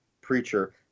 preacher